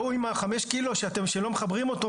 ההוא מהחמש קילו שלא מחברים אותו,